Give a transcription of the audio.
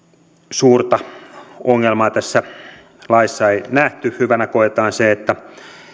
suurta ongelmaa tässä laissa ei nähty hyvänä koetaan se että